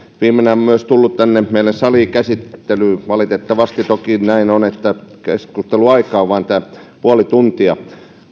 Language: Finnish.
viimenään tullut myös tänne meille saliin käsittelyyn valitettavasti toki näin on että keskusteluaikaa on vain tämä puoli tuntia